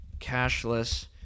Cashless